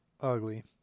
Ugly